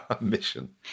Mission